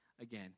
again